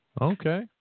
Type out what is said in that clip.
Okay